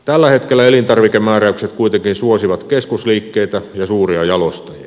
tällä hetkellä elintarvikemääräykset kuitenkin suosivat keskusliikkeitä ja suuria jalostajia